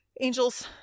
Angel's